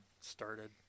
started